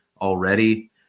already